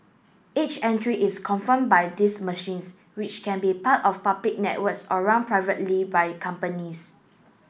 each entry is confirmed by these machines which can be part of public networks or run privately by companies